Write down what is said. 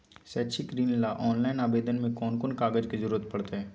शैक्षिक ऋण ला ऑनलाइन आवेदन में कौन कौन कागज के ज़रूरत पड़तई?